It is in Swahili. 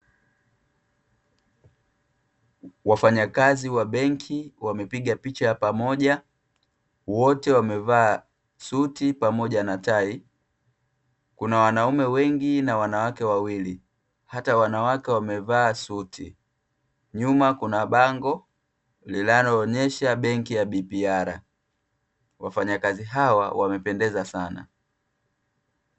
Wafanya kazi wa benki, wamepiga picha ya pamoja wote wamevaa suti pamoja na tai. Kuna wanaume wengi na wanawake wawili, hata wanawake wamevaa suti. Nyuma kuna bango linalo onesha benki ya BPR. Wafanya kazi hawa wamependeza sana.